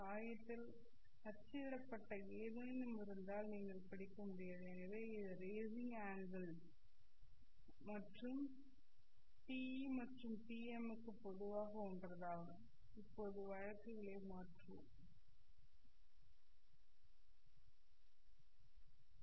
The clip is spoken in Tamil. காகிதத்தில் அச்சிடப்பட்ட ஏதேனும் இருந்தால் நீங்கள் படிக்க முடியாது எனவே இந்த ரேசிங் அங்கெல் TE மற்றும் TM க்கு பொதுவான ஒன்றாகும் இப்போது வழக்குகளை மாற்றுவோம்